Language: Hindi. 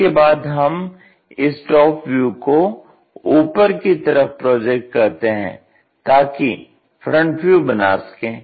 इसके बाद हम इस टॉप व्यू को ऊपर की तरफ प्रोजेक्ट करते हैं ताकि FV बना सकें